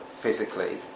physically